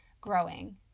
growing